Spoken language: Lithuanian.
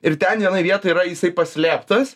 ir ten vienoj vietoj yra jisai paslėptas